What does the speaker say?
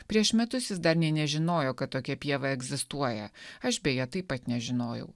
prieš metus jis dar nė nežinojo kad tokia pieva egzistuoja aš beje taip pat nežinojau